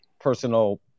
personal